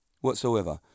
whatsoever